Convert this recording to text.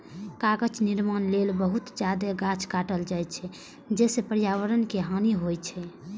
कागज निर्माण लेल बहुत जादे गाछ काटल जाइ छै, जइसे पर्यावरण के हानि होइ छै